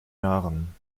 jahren